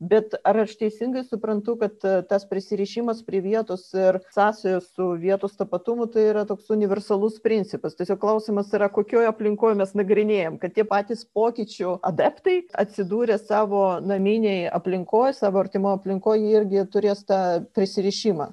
bet ar aš teisingai suprantu kad tas prisirišimas prie vietos ir sąsajų su vietos tapatumu tai yra toks universalus principas tiesiog klausimas yra kokioj aplinkoj mes nagrinėjam kad tie patys pokyčių adeptai atsidūrę savo naminėj aplinkoj savo artimoj aplinkoj jie irgi turės tą prisirišimą